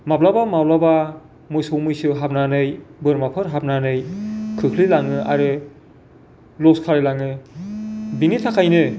माब्लाबा माब्लाबा मोसौ मैसो हाबनानै बोरमाफोर हाबनानै खोख्लैलाङो आरो लस खालामलाङो बेनि थाखायनो